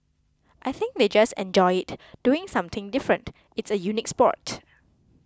I think they just enjoy it doing something different it's a unique sport